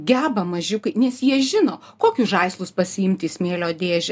geba mažiukai nes jie žino kokius žaislus pasiimti į smėlio dėžę